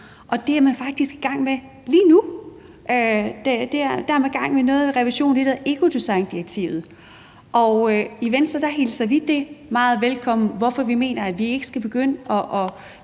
og det er man faktisk i gang med lige nu; der er man i gang med noget revision af det, der hedder ecodesigndirektivet. I Venstre hilser vi det meget velkommen, hvorfor vi mener, at vi ikke skal begynde at